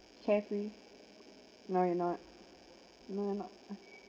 carefree no you're not no you're not